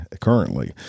currently